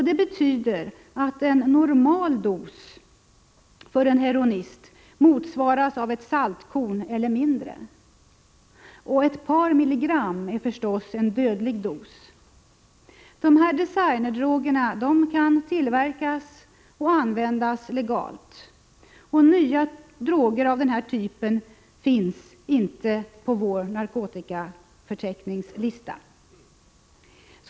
Det betyder att en ”normal dos” för en heroinist motsvaras av ett saltkorn eller mindre. Ett par milligram är en dödlig dos. Dessa droger kan tillverkas och användas legalt. Nya droger av denna typ finns inte på vår narkotikaförteckningslista.